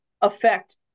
affect